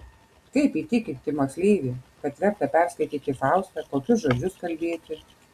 kaip įtikinti moksleivį kad verta perskaityti faustą kokius žodžius kalbėti